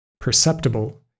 perceptible